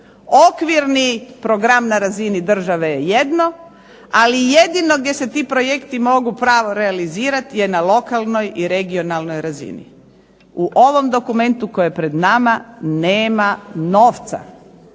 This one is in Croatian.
Okvirni program na razini države je jedno, ali jedino gdje se ti projekti mogu pravo realizirati je na lokalnoj i regionalnoj razini. U ovom dokumentu koji je pred nama nema novca